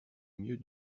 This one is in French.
mieux